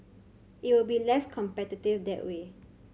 it will be less competitive that way